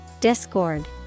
Discord